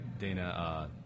Dana